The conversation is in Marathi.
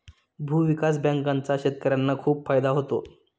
भूविकास बँकांचा शेतकर्यांना खूप फायदा होतो